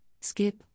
skip